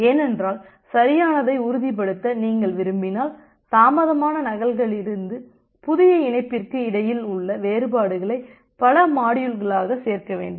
ஏனென்றால் சரியானதை உறுதிப்படுத்த நீங்கள் விரும்பினால் தாமதமான நகல்களிலிருந்து புதிய இணைப்பிற்கு இடையில் உள்ள வேறுபாடுகளை பல மாடியுல்களாக சேர்க்க வேண்டும்